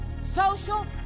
social